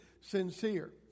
sincere